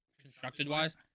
constructed-wise